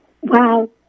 Wow